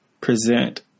present